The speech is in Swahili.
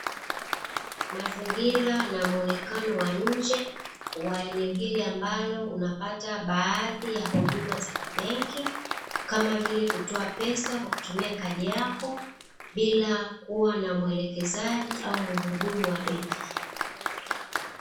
Mazingira na muonekano wa nje wa eneo hili ambalo unapata baadhi ya huduma za kibenki, kama vile kutoa pesa kwa kutumia kadi yako bila kuwa na muelekezaji au mhudumu wa benki hiyo.